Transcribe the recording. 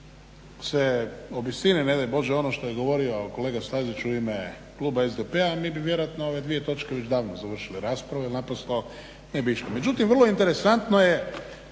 se obistini ne daj Bože ono što je govorio kolega Stazić u ime kluba SDP-a mi bi vjerojatno ove dvije točke već davno završili raspravu jer naprosto ne bi išlo. Međutim vrlo interesantno je